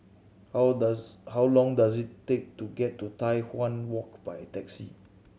how does how long does it take to get to Tai Hwan Walk by taxi